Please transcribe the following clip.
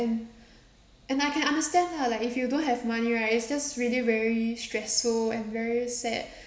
and I can understand lah like if you don't have money right it's just really very stressful and very sad